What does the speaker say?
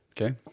Okay